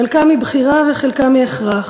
חלקה מבחירה וחלקה מהכרח.